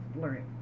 learning